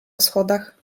schodach